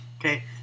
Okay